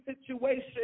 situation